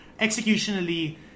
executionally